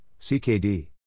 CKD